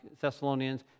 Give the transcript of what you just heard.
Thessalonians